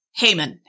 Heyman